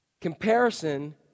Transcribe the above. Comparison